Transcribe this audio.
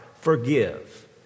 forgive